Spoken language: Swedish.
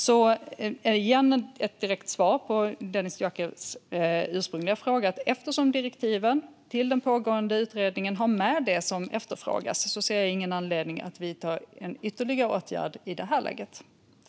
Låt mig ge ett direkt svar på Dennis Dioukarevs ursprungliga fråga. Eftersom direktiven till den pågående utredningen har med det som efterfrågas ser jag ingen anledning att vidta en ytterligare åtgärd i det här läget.